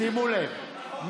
שימו לב,